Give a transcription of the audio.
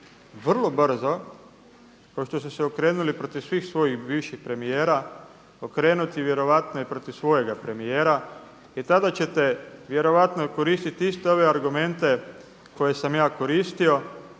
vrlo brzo kao što ste se okrenuli protiv svih svojih bivših premijera okrenuti vjerojatno i protiv svojega premijera i tada ćete vjerojatno koristiti isto ove argumente koje sam ja koristio.